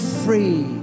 free